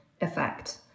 effect